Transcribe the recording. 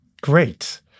Great